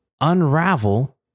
unravel